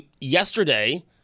yesterday